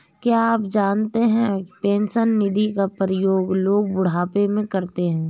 क्या आप जानते है पेंशन निधि का प्रयोग लोग बुढ़ापे में करते है?